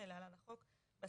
(להלן - החוק),